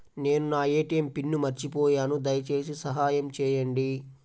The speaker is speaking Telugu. నేను నా ఏ.టీ.ఎం పిన్ను మర్చిపోయాను దయచేసి సహాయం చేయండి